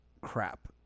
crap